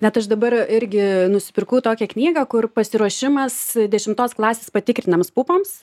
net aš dabar irgi nusipirkau tokią knygą kur pasiruošimas dešimtos klasės patikrinimams pupams